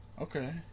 Okay